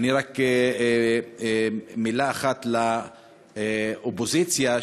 רק מילה אחת לאופוזיציה,